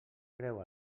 creu